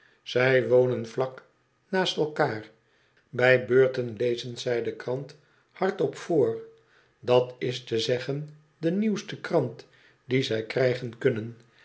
zij wonen vlak naast elkaar bij beurten lezen zij de krant hardop voor dat is te zeggen de nieuwste krant die zij krijgen kunnen